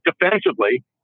defensively